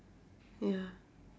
ya